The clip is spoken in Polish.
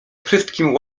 wszystkim